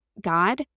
God